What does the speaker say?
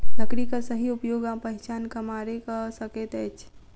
लकड़ीक सही उपयोग आ पहिचान कमारे क सकैत अछि